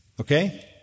Okay